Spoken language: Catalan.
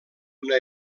una